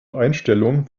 einstellung